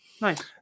Nice